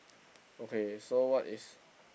okay so what is